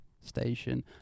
station